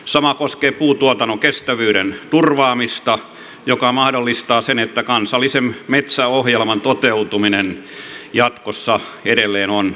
sama koskee puutuotannon kestävyyden turvaamista joka mahdollistaa sen että kansallisen metsäohjelman toteutuminen jatkossa edelleen on mahdollista